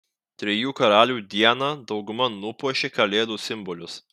trijų karalių dieną dauguma nupuošė kalėdų simbolius